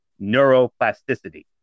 neuroplasticity